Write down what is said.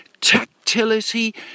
tactility